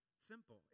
Simple